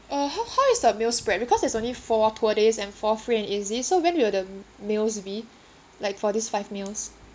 uh how how is the meals spread because there's only four tour days and four free and easy so when will the meals be like for this five meals